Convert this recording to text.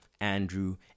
Andrew